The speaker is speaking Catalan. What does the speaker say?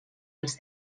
els